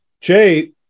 Jay